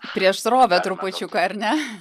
prieš srovę trupučiuką ar ne